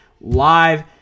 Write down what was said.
live